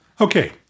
Okay